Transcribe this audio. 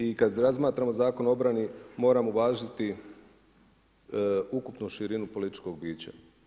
I kad razmatramo Zakon o obrani, moram uvažiti ukupnu širinu političkog bića.